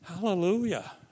Hallelujah